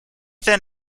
then